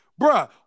Bruh